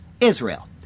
Israel